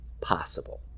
possible